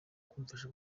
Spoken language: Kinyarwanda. kumfasha